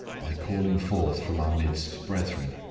by calling forth from our midst brethren,